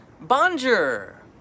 bonjour